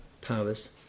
powers